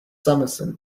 summerson